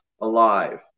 alive